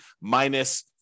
minus